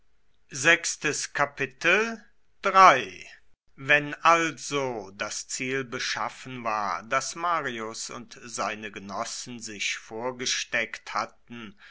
wenn also das ziel beschaffen war das marius und seine genossen sich vorgesteckt hatten